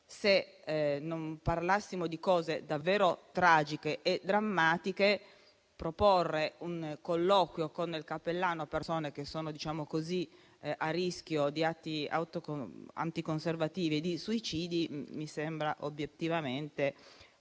Se non parlassimo di cose davvero tragiche, drammatiche, proporre un colloquio con il cappellano a persone che sono a rischio di atti anticonservativi e di suicidio mi sembra obiettivamente